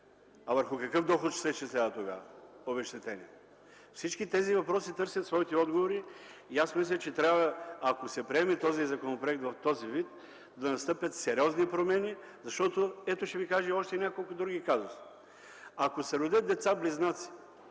А върху какъв доход ще се изчислява тогава обезщетението? Всички тези въпроси търсят своите отговори и аз мисля, че трябва, ако се приеме този законопроект в този вид, да настъпят сериозни промени. Ще ви кажа още няколко други казуса: ако се родят деца-близнаци,